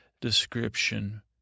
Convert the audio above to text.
description